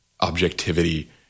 objectivity